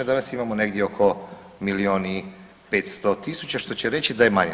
Danas imamo negdje oko milijun i 500 tisuća, što će reći da je manje.